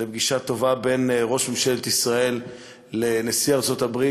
לפגישה טובה בין ראש ממשלת ישראל לנשיא ארצות-הברית,